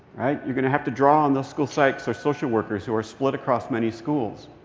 right? you're going to have to draw on those school psychs or social workers who are split across many schools.